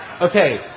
Okay